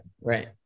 right